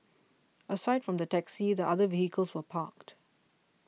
aside from the taxi the other vehicles were parked